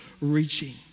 reaching